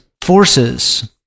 forces